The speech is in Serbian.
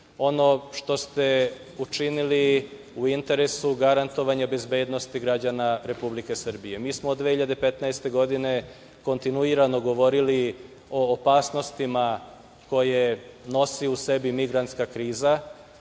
ono što ste učinili u interesu garantovanja bezbednosti građana Republike Srbije. Mi smo od 2015. godine kontinuirano govorili o opasnostima koje nosi u sebi migrantska kriza,